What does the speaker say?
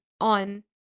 on